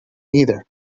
either